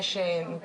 הרישוי,